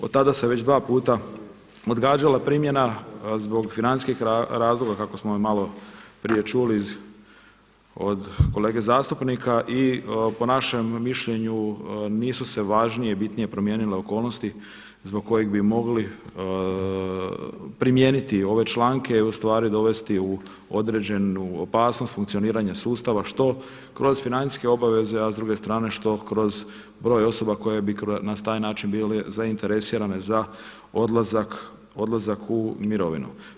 Od tada se već dva puta odgađala primjena zbog financijskih razloga kako smo maloprije čuli od kolege zastupnika, i po našem mišljenju nisu se važnije, bitnije promijenile okolnosti zbog kojih bi mogli primijeniti ove članke i ustvari dovesti u određenu opasnost funkcioniranje sustava što kroz financijske obaveze, a s druge strane što kroz broj osoba koje bi na taj način bile zainteresirane za odlazak u mirovinu.